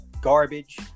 garbage